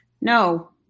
No